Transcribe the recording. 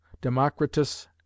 democritus